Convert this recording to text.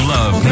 Love